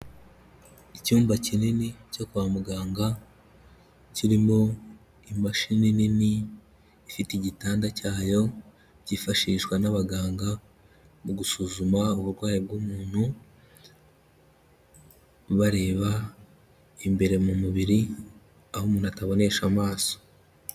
Icyumba kinini cyo kwa muganga, kirimo imashini nini ifite igitanda cyayo, cyifashishwa n'abaganga mu gusuzuma uburwayi bw'umuntu, bareba imbere mu mubiri aho umuntu atabonesha amaso.